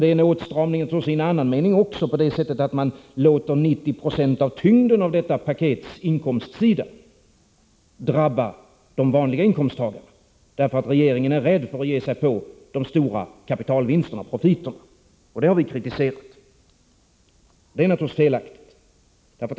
Det är en åtstramning också i en annan mening, därigenom att man låter 90 90 av tyngden av detta pakets inkomstsida drabba de vanliga inkomsttagarna, därför att regeringen är rädd för att ge sig på de stora kapitalvinsterna och profiterna. Det har vi kritiserat, för det är naturligtvis felaktigt.